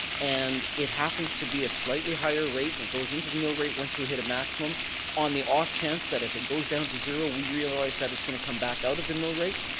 and it happens to be a slightly higher rate and it goes into the mill rate once we hit a maximum on the off chance that if it goes down to zero, we realize that it's going to come back out of the mill rate,